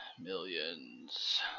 millions